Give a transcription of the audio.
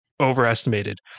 overestimated